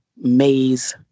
maze